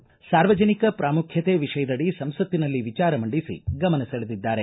ರಾಘವೇಂದ್ರ ಅವರು ಸಾರ್ವಜನಿಕ ಪ್ರಾಮುಖ್ಯತೆ ವಿಷಯದಡಿ ಸಂಸತ್ತಿನಲ್ಲಿ ವಿಚಾರ ಮಂಡಿಸಿ ಗಮನ ಸೆಳೆದಿದ್ದಾರೆ